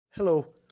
Hello